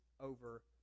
over